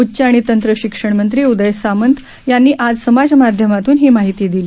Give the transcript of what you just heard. उच्च आणि तंत्र शिक्षण मंत्री उदय सामंत यांनी आज समाज माध्यमातून ही माहिती दिली